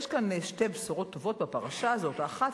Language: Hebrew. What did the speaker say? יש כאן שתי בשורות טובות בפרשה הזאת: האחת